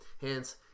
hence